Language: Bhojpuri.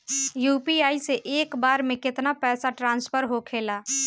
यू.पी.आई से एक बार मे केतना पैसा ट्रस्फर होखे ला?